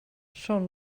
són